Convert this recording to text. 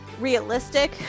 realistic